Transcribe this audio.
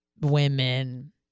women